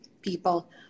people